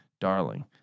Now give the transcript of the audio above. darling